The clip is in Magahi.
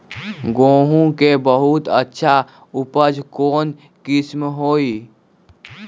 गेंहू के बहुत अच्छा उपज कौन किस्म होई?